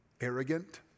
arrogant